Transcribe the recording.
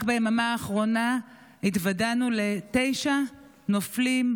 רק ביממה האחרונה התוודענו לתשעה נופלים,